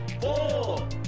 Four